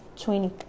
twenty